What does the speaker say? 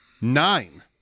nine